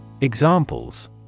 Examples